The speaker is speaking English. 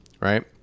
right